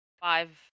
Five